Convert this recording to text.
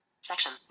section